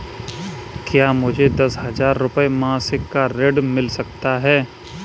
क्या मुझे दस हजार रुपये मासिक का ऋण मिल सकता है?